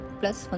plus